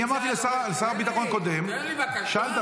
אני אמרתי לשר הביטחון הקודם --- רגע,